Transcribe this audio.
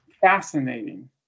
Fascinating